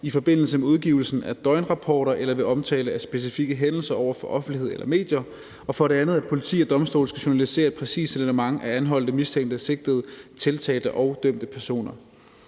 i forbindelse med udgivelsen af døgnrapporter eller ved omtale af specifikke hændelser over for offentligheden eller medier, og for det andet, at politiet og domstolene skal journalisere et præcist signalement af anholdte, mistænkte, sigtede, tiltalte og dømte personer.